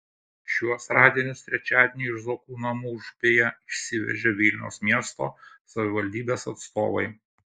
šiuos radinius trečiadienį iš zuokų namų užupyje išsivežė vilniaus miesto savivaldybės atstovai